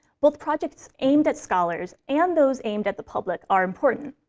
both projects aimed at scholars and those aimed at the public are important.